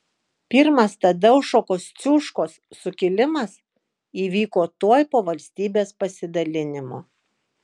pirmasis tadeušo kosciuškos sukilimas įvyko tuoj po valstybės pasidalinimo